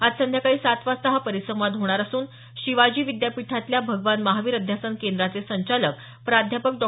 आज संध्याकाळी सात वाजता हा परिसंवाद होणार असून शिवाजी विद्यापीठातल्या भगवान महावीर अध्यासन केंद्राचे संचालक प्राध्यापक डॉ